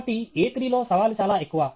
కాబట్టి A3 లో సవాలు చాలా ఎక్కువ